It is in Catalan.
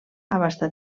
abasta